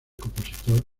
compositor